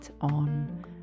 on